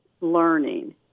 learning